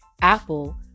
Apple